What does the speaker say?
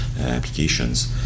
applications